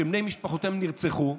שבני משפחותיהם נרצחו,